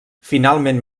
finalment